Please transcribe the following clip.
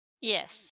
yes